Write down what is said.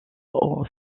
aux